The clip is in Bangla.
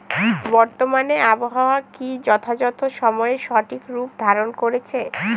বর্তমানে আবহাওয়া কি যথাযথ সময়ে সঠিক রূপ ধারণ করছে?